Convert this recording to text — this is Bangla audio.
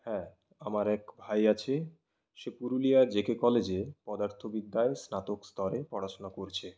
হ্যাঁ আমার এক ভাই আছে সে পুরুলিয়া জেকে কলেজে পদার্থ বিদ্যায় স্নাতক স্তরে পড়াশোনা করছে